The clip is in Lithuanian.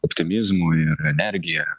optimizmu ir energija